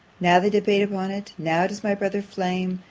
now they debate upon it now does my brother flame!